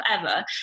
forever